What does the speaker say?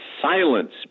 silence